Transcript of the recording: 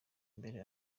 mbere